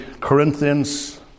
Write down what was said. Corinthians